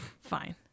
Fine